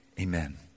amen